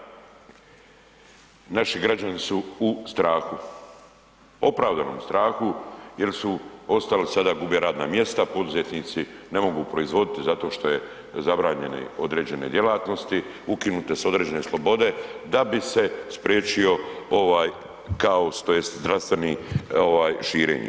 Kolega Pernar, naši građani su u strahu, opravdanom strahu jel su ostali sada, gube radne mjesta, poduzetnici ne mogu proizvoditi zato što je zabranjeni određene djelatnosti, ukinute su određene slobode da bi se spriječio ovaj kaos tj. zdravstveni ovaj širenje.